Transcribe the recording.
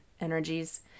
energies